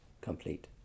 complete